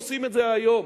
ועושים את זה היום.